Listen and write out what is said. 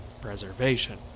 preservation